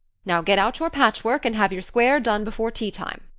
now, get out your patchwork and have your square done before teatime.